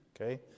Okay